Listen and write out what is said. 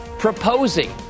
proposing